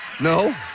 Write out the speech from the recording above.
No